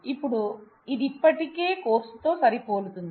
ఇప్పుడు ఇది ఇప్పటికే కోర్సు తో సరిపోలతుంది